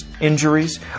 injuries